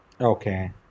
Okay